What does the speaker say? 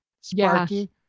sparky